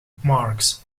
marx